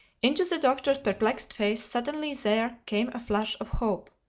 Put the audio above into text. into the doctor's perplexed face suddenly there came a flash of hope.